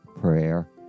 prayer